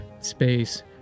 Space